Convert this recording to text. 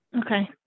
Okay